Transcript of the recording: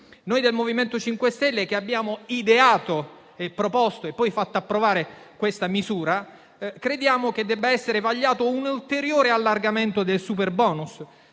Noi del MoVimento 5 Stelle, che abbiamo ideato, proposto e poi fatto approvare questa misura, crediamo debba essere vagliato un ulteriore allargamento del superbonus,